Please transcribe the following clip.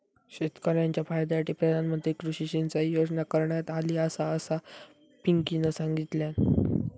शेतकऱ्यांच्या फायद्यासाठी प्रधानमंत्री कृषी सिंचाई योजना करण्यात आली आसा, असा पिंकीनं सांगल्यान